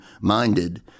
minded